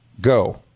Go